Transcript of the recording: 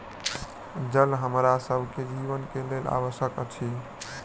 जल हमरा सभ के जीवन के लेल आवश्यक अछि